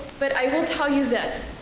but i will tell you this,